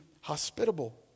hospitable